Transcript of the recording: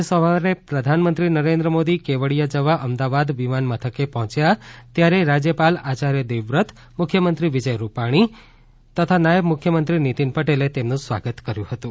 આજે સવારે પ્રધાનમંત્રી નરેન્દ્ર મોદી કેવડીયા જવા અમદાવાદ વિમાન મથકે પહોચ્યા ત્યારે રાજયપાલ આયાર્ય દેવવ્રત મુખ્યમંત્રી વિજય રૂપાણી તથા નાયબ મુખ્યમંત્રી નીતીન પટેલે તેમનું સ્વાગત કર્યુ હતું